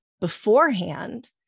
beforehand